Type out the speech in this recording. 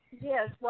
Yes